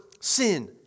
sin